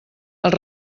els